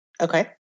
Okay